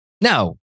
Now